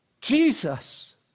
Jesus